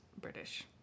British